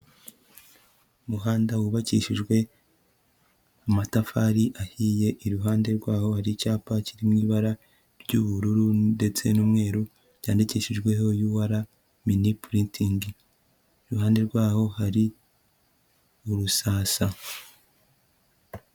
Umuhanda wubakishijwe mu matafari ahiye, iruhande rwaho hari icyapa kiri mu ibara ry'ubururu ndetse n'umweru byandikishijweho UR mini printing. Iruhande rwaho hari urusasa.